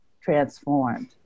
transformed